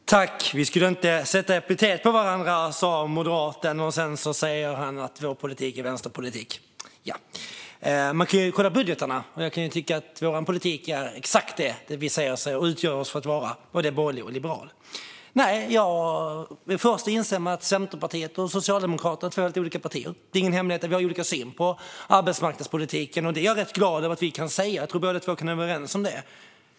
Fru talman! Vi skulle inte sätta epitet på varandra, sa moderaten. Sedan säger han att vår politik är vänsterpolitik. Man kan kolla i budgetförslagen. Vår politik är exakt det som vi utger oss för att vara - både borgerlig och liberal. Jag är den förste att instämma i att Centerpartiet och Socialdemokraterna är två helt olika partier. Det är ingen hemlighet att vi har olika syn på arbetsmarknadspolitiken. Det är jag ganska glad över att vi kan säga, och jag tror att vi båda kan vara överens om det.